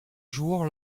jour